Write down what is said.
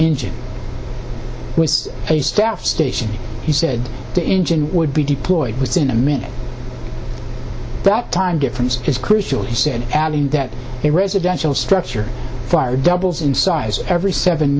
engine with a staff station he said the engine would be deployed within a minute that time difference is crucial he said adding that a residential structure fire doubles in size every seven